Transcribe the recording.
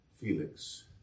Felix